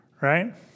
Right